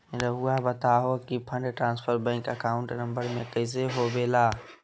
रहुआ बताहो कि fund transfer bank account number में कैसे होबेला?